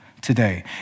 today